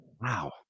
Wow